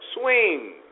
Swing